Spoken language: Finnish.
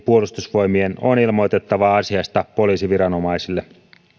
puolustusvoimien on ilmoitettava asiasta poliisiviranomaisille